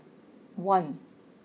one